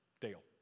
Dale